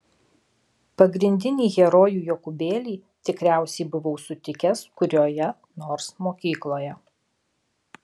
pagrindinį herojų jokūbėlį tikriausiai buvau sutikęs kurioje nors mokykloje